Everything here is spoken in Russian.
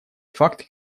факты